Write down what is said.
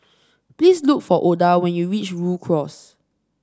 please look for Oda when you reach Rhu Cross